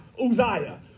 Uzziah